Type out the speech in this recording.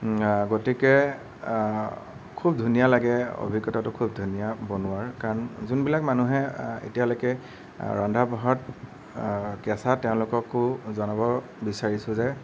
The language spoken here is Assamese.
গতিকে খুব ধুনীয়া লাগে অভিজ্ঞতাটো খুব ধুনীয়া বনোৱাৰ কাৰণ যোনবিলাক মানুহে এতিয়ালৈকে ৰন্ধা বঢ়াত কেঁচা তেওঁলোককো জনাব বিচাৰিছোঁ যে